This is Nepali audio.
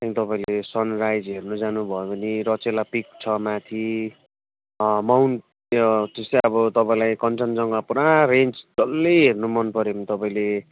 त्यहाँदेखि तपाईँले सनराइज हेर्नु जानुभयो भने रचेला पिक छ माथि एमङ त्यो जस्तो अब तपाईँलाई कञ्चनजङ्गा पुरा रेन्ज डल्लै हेर्न मनपर्यो भने तपाईँले